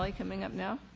like coming up now?